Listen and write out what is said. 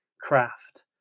craft